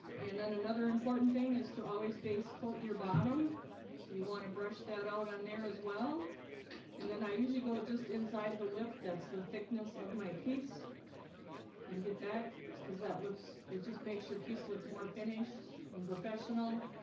and then another important thing is to always base coat your bottom so you want to brush that out on there as well and then i usually go just inside the lip. that's the thickness of my piece and get that because that looks it just makes your piece look more finished and professional